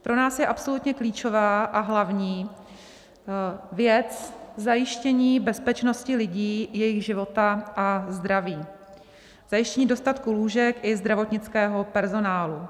Pro nás je absolutně klíčová a hlavní věc zajištění bezpečnosti lidí, jejich života a zdraví, zajištění dostatku lůžek i zdravotnického personálu.